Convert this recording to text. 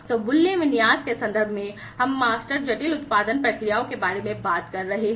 तो मूल्य विन्यास के संदर्भ में हम मास्टर जटिल उत्पादन प्रक्रियाओं के बारे में बात कर रहे हैं